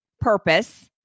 purpose